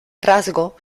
rasgo